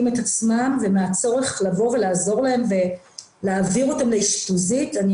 את עצמם ומהצורך לבוא ולעזור להם ולהעביר אותם לאשפוזית אני